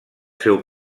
seu